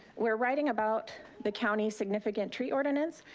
we're writing about the county significant tree ordinance,